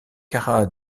kara